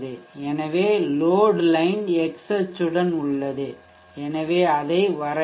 எனவே load line x அச்சுடன் உள்ளது எனவே அதை வரையலாம்